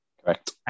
Correct